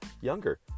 younger